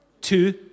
Two